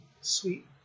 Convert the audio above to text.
sweet